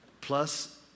plus